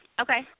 Okay